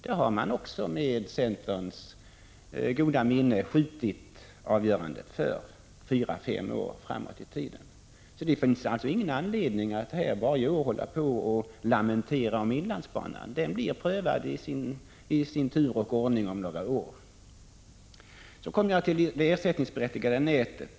Därvidlag har man med centerns goda minne skjutit avgörandet fyra fem år framåt i tiden. Det finns alltså ingen anledning att varje år lamentera över inlandsbanan. Den blir prövad i sin tur om några år. Så kommer jag till det ersättningsberättigade nätet.